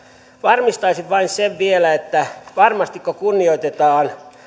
varmistaisin vain sen vielä että varmastiko kunnioitetaan